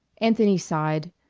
anthony sighed,